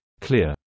clear